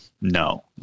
No